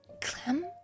Clem